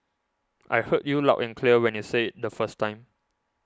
I heard you loud and clear when you said it the first time